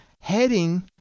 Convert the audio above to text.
heading